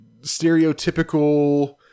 stereotypical